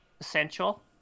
essential